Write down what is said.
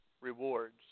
rewards